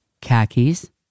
Khakis